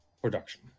production